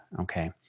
okay